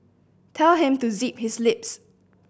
tell him to zip his lips